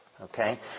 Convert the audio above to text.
Okay